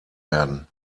werden